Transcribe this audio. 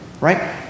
Right